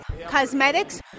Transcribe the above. Cosmetics